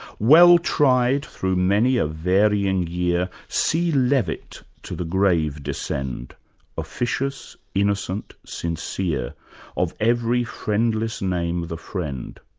well-tried through many a varying year see levitt to the grave descend officious, innocent, sincere of every friendless name the friend.